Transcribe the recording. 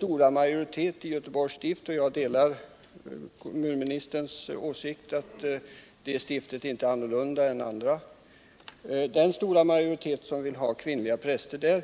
Det måste vara en mycket egendomlig utveckling. Jag delar kommunministerns åsikt att Göteborgs stift inte är annorlunda än andra, och att den stora majoriteten vill ha kvinnliga präster.